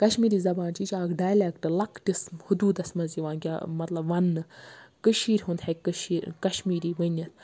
کَشمیٖری زَبان چھِ یہِ چھِ اکھ ڈایلیٚکٹ لۄکٹِس حدوٗدَس مَنٛز یِوان مَطلَب وَننہٕ کٔشیٖر ہُنٛد ہیٚکہِ کَشمیٖری ؤنِتھ